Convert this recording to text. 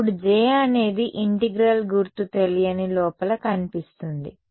ఇప్పుడు J అనేది integral గుర్తు తెలియని లోపల కనిపిస్తుంది